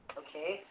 okay